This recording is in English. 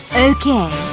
okay,